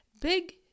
Big